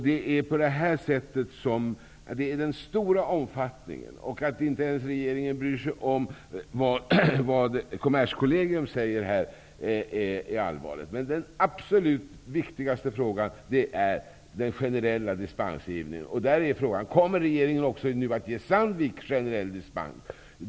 Det är också allvarligt att regeringen inte ens bryr sig om vad Den absolut viktigaste frågan är den generella dispensgivningen. Kommer regeringen att även ge Sandvik generell dispens?